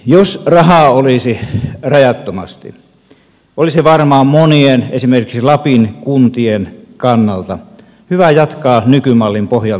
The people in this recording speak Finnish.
jos rahaa olisi rajattomasti olisi varmaan monien esimerkiksi lapin kuntien kannalta hyvä jatkaa nykymallin pohjalta